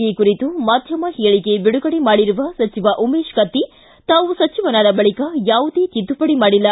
ಈ ಕುರಿತು ಮಾಧ್ಯಮ ಪೇಳಿಕೆ ಬಿಡುಗಡೆ ಮಾಡಿರುವ ಸಚಿವ ಉಮೇಶ್ ಕತ್ತಿ ತಾವು ಸಚಿವನಾದ ಬಳಿಕ ಯಾವುದೇ ತಿದ್ದುಪಡಿ ಮಾಡಿಲ್ಲ